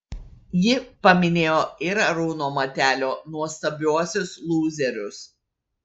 ji paminėjo ir arūno matelio nuostabiuosius lūzerius